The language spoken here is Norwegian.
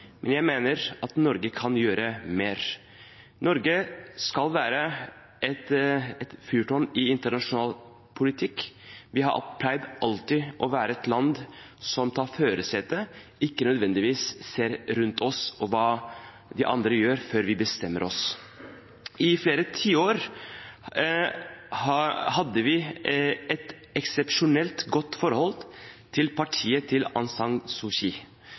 men jeg mener at Norge kan gjøre mer. Norge skal være et fyrtårn i internasjonal politikk. Vi har alltid pleid å være et land som tar førersetet, og ser ikke nødvendigvis rundt oss på hva de andre gjør før vi bestemmer oss. I flere tiår hadde vi et eksepsjonelt godt forhold til partiet til